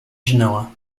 genoa